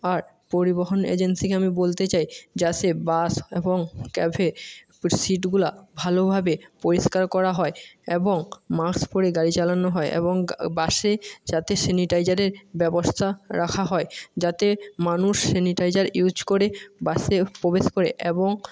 আর পরিবহন এজেন্সিকে আমি বলতে চাই বাস এবং ক্যাফে সিটগুলো ভালোভাবে পরিষ্কার করা হয় এবং মাস্ক পরে গাড়ি চালানো হয় এবং বাসে যাতে স্যানিটাইজারের ব্যবস্থা রাখা হয় যাতে মানুষ স্যানিটাইজার ইউজ করে বাসে প্রবেশ করে এবং